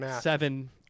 Seven